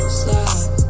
slide